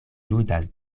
ludas